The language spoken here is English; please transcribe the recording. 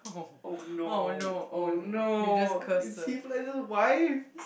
oh no oh no it's Heath-Legend's wife